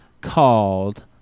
called